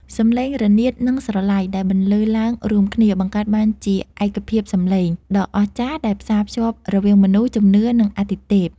សម្លេងរនាត និងស្រឡៃដែលបន្លឺឡើងរួមគ្នា បង្កើតបានជាឯកភាពសម្លេងដ៏អស្ចារ្យដែលផ្សារភ្ជាប់រវាងមនុស្ស ជំនឿ និងអាទិទេព